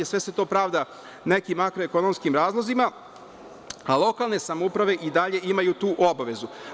Sve se to pravda nekim makro ekonomskim razlozima, a lokalne samouprave i dalje imaju tu obavezu.